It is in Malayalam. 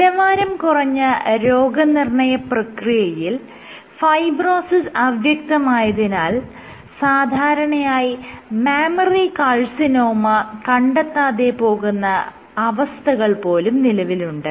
നിലവാരം കുറഞ്ഞ രോഗനിർണ്ണയ പ്രക്രിയയിൽ ഫൈബ്രോസിസ് അവ്യക്തമായതിനാൽ സാധാരണയായി മാമ്മറി കാർസിനോമ കണ്ടെത്താതെ പോകുന്ന അവസ്ഥകൾ പോലും നിലവിലുണ്ട്